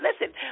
listen